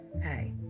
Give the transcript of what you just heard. Hey